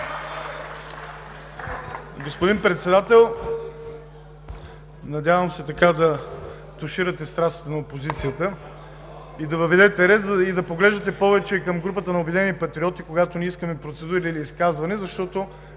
Господин Председател, надявам се да туширате страстите на опозицията и да въведете ред и да поглеждате повече към групата на „Обединени патриоти“, когато ние искаме процедури или изказване, защото